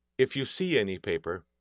if you see any paper,